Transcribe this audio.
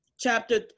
chapter